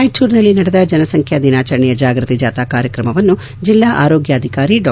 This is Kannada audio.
ರಾಯಚೂರಿನಲ್ಲಿ ನಡೆದ ಜನಸಂಖ್ಯಾ ದಿನಾಚರಣೆಯ ಜಾಗೃತಿ ಜಾಥಾ ಕಾರ್ಯಕ್ರಮಕ್ಕೆ ಜಿಲ್ಲಾ ಆರೋಗ್ಯಾಧಿಕಾರಿ ಡಾ